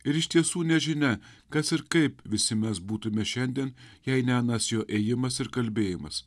ir iš tiesų nežinia kas ir kaip visi mes būtume šiandien jei ne anas jo ėjimas ir kalbėjimas